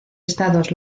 estados